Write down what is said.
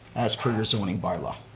as per your zoning by-law.